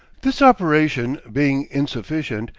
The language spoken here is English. this operation being insufficient,